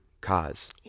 cause